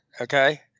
Okay